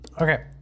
Okay